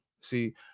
See